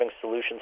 solutions